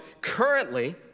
currently